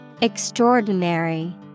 Extraordinary